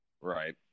right